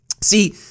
See